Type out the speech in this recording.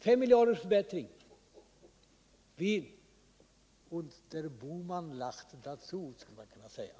5 miljarders förbättring — und der Bohman lacht dazu, sxulle man kunna säga.